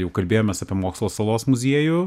jau kalbėjomės apie mokslo salos muziejų